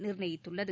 நிர்ணயித்துள்ளது